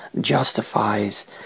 justifies